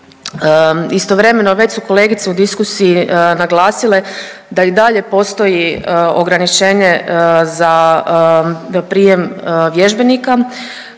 Istovremeno već su kolegice u diskusiji naglasile da i dalje postoji ograničenje za prijem vježbenika